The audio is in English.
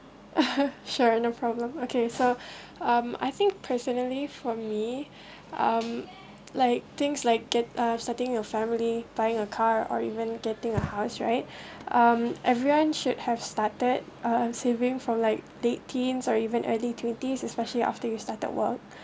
sure no problem okay so um I think personally for me um like things like get uh starting your family buying a car or even getting a house right um everyone should have started uh saving from like late teens or even early twenties especially after you started work